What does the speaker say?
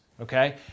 okay